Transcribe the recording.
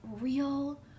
real